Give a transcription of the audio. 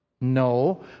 No